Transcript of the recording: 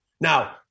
Now